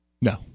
No